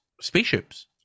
Spaceships